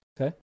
Okay